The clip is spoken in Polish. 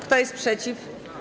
Kto jest przeciw?